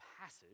passage